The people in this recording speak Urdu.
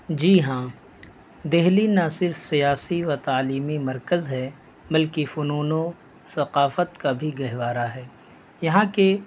جی ہاں دہلی نہ صرف سیاسی و تعلیمی مرکز ہے بلکہ فنون و ثقافت کا بھی گہوارہ ہے یہاں کے